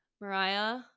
Mariah